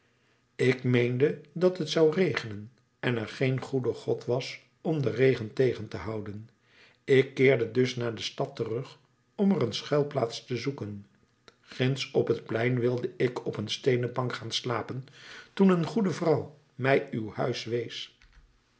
ik meende dat het zou regenen en er geen goede god was om den regen tegen te houden ik keerde dus naar de stad terug om er een schuilplaats te zoeken ginds op het plein wilde ik op een steenen bank gaan slapen toen een goede vrouw mij uw huis wees